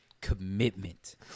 commitment